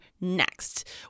next